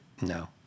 No